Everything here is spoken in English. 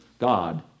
God